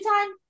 time